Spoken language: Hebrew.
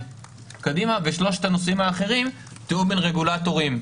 שלושת הנושאים האחרים: תיאום בין רגולטורים,